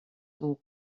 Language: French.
sont